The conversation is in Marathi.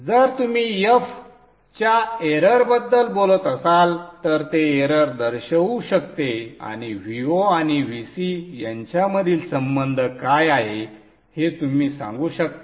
जर तुम्ही f च्या एररबद्दल बोलत असाल तर ते एरर दर्शवू शकते आणि Vo आणि Vc यांच्यातील संबंध काय आहे हे तुम्ही सांगू शकता